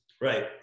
Right